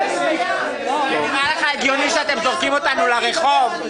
--- ס': זה נראה לכם הגיוני שאתם זורקים אותנו לרחוב?